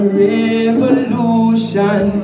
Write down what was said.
revolution